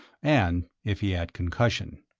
and if he had concussion.